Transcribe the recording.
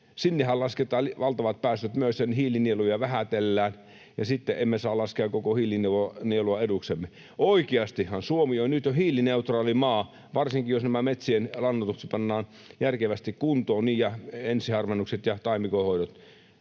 Sinnehän lasketaan valtavat päästöt myös ja hiilinieluja vähätellään, ja sitten emme saa laskea koko hiilinielua eduksemme. Oikeastihan Suomi on nyt jo hiilineutraali maa. Varsinkin jos nämä metsien lannoitukset pannaan järkevästi kuntoon — niin ja ensiharvennukset ja taimikonhoidot